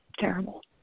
terrible